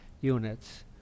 units